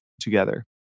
together